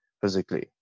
physically